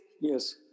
Yes